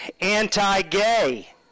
anti-gay